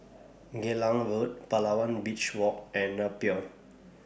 Geylang Road Palawan Beach Walk and Napier